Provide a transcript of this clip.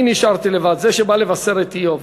אני נשארתי לבד, זה שבא לבשר לאיוב.